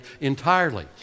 entirely